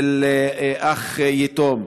של אח יתום.